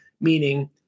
meaning